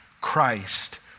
Christ